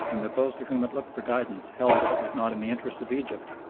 and that those to whom it looked for guidance held that it was not in the interests of egypt,